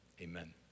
Amen